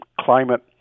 climate